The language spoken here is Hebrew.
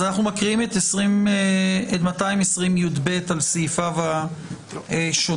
אנחנו מקריאים את 220יב על סעיפיו השונים.